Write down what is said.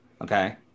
okay